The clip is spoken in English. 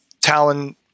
Talon